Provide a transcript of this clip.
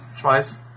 Twice